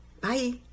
Bye